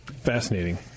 fascinating